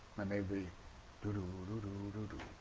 and they'd be doo-doo doo-doo doo-doo